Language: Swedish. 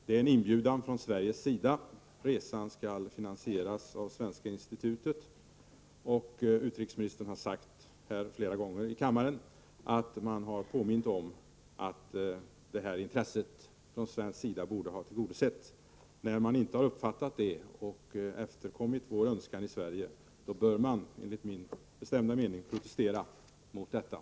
Det var en inbjudan från Sveriges sida. Resan skulle finansieras av Svenska institutet, och utrikesministern har här i kammaren sagt att regeringen har påmint om att det svenska intresset av att Oanh får utresetillstånd borde ha tillgodosetts. När myndigheterna i Vietnam inte uppfattar detta och efterkommer vår önskan, bör enligt min bestämda mening den svenska regeringen protestera.